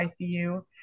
ICU